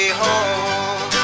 home